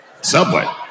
Subway